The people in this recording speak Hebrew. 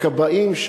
הכבאים,